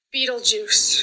Beetlejuice